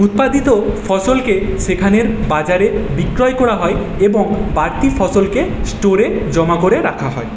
উৎপাদিত ফসলকে সেখানের বাজারে বিক্রয় করা হয় এবং বাড়তি ফসলকে স্টোরে জমা করে রাখা হয়